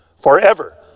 forever